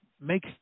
make